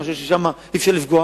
אני חושב ששם אי-אפשר לפגוע.